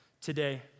today